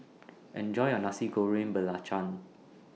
Enjoy your Nasi Goreng Belacan